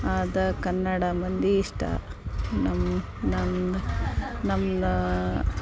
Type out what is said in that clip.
ಆದ ಕನ್ನಡ ಮಂದಿ ಇಷ್ಟ ನಮ್ಮ ನಮ್ದು ನಮ್ಮ